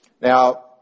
Now